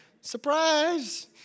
Surprise